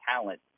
talent